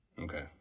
Okay